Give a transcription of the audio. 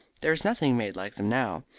there is nothing made like them now.